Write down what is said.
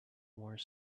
more